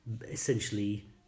essentially